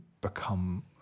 become